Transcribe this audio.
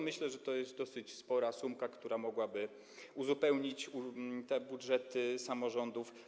Myślę, że to jest dosyć spora sumka, która mogłaby uzupełnić te budżety samorządów.